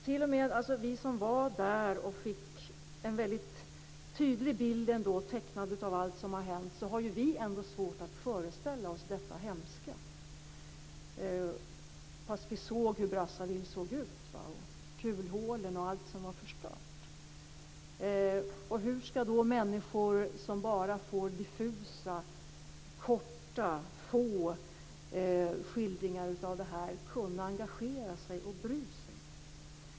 T.o.m. vi som var där och fick hela denna tydliga bild tecknad för oss har svårt att föreställa oss detta hemska - fast vi såg hur Brazzaville såg ut, kulhålen och allt som var förstört. Hur ska människor som bara får diffusa, korta, få skildringar av detta kunna engagera sig och bry sig?